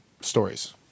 stories